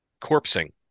corpsing